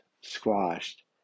squashed